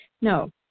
No